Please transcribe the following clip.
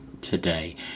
today